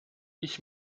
ich